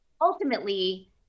ultimately